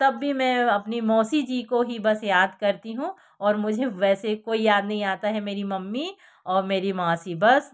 तब भी मैं अपनी मौसी जी को ही बस याद करती हूँ और मुझे वैसे कोई याद नही आता है मेरी मम्मी और मेरी मौसी बस